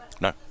No